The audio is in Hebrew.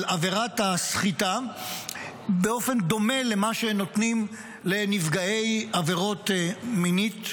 עבירת הסחיטה באופן דומה למה שנותנים לנפגעי עבירות תקיפה מינית,